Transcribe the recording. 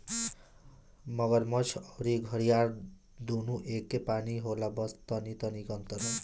मगरमच्छ अउरी घड़ियाल दूनो एके खानी होला बस तनी मनी के अंतर होला